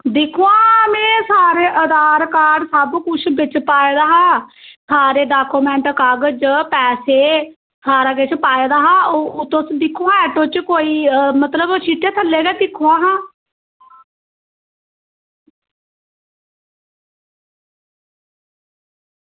दिक्खो हां में सारे आधार कार्ड सब कुछ बिच पाए दा हा सारे डॉक्यूमेंट कागज पैसे सारा कुछ पाए दा हा ओह् तुस दिक्खो हां आटो च कोई मतलब सीटै थल्लै गै दिक्खो हां